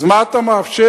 אז מה אתה מאפשר,